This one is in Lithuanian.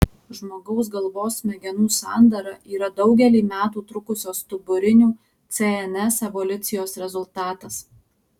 žmogaus galvos smegenų sandara yra daugelį metų trukusios stuburinių cns evoliucijos rezultatas